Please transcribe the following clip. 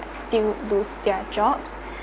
still lose their jobs